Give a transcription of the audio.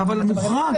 אבל מוחרג.